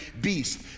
beast